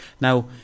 Now